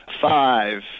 five